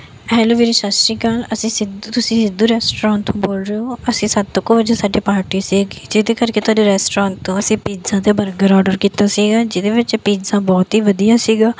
hello ਵੀਰੇ ਸਤਿ ਸ਼੍ਰੀ ਅਕਾਲ ਅਸੀਂ ਸਿੱਧੂ ਤੁਸੀਂ ਸਿੱਧੂ ਰੈਸਟੋਰੈਂਟ ਤੋਂ ਬੋਲ ਰਹੇ ਹੋ ਅਸੀਂ ਸਾਡੀ ਪਾਰਟੀ ਸੀਗੀ ਜਿਹਦੇ ਕਰਕੇ ਤੁਹਾਡੇ ਰੈਸਟੋਰੈਂਟ ਤੋਂ ਅਸੀਂ ਪੀਜ਼ਾ ਅਤੇ ਬਰਗਰ ਆਡਰ ਕੀਤਾ ਸੀਗਾ ਜਿਹਦੇ ਵਿੱਚ ਪੀਜ਼ਾ ਬਹੁਤ ਹੀ ਵਧੀਆ ਸੀਗਾ